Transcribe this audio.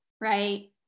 Right